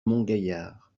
montgaillard